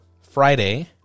Friday